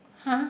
!huh!